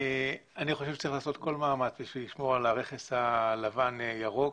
אני חושב שצריך לעשות כל מאמץ כדי לשמור על הרכס הלבן ירוק.